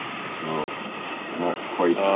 so not quite.